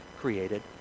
created